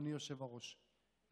אדוני היושב-ראש,